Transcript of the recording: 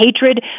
hatred